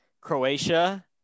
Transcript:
Croatia